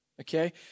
Okay